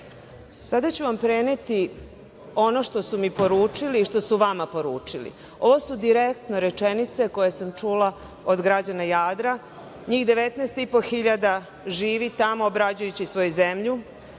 ću vam preneti ono što su mi poručili i što su vama poručili. Ovo su direktno rečenice koje sam čula od građana Jadra, njih 19.500 živi tamo, obrađujući svoju zemlju.